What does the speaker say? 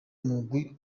mugwi